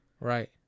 Right